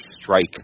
strike